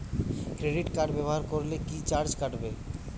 Credit card ব্যাবহার করলে কি চার্জ কাটবে?